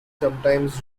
sometimes